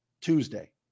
Tuesday